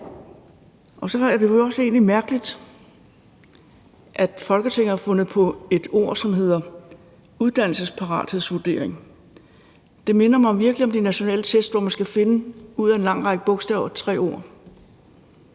Og så er det vel også egentlig mærkeligt, at Folketinget har fundet på et ord, som hedder uddannelsesparathedsvurdering. Det minder mig virkelig om de nationale test, hvor man ud af en lang række bogstaver skal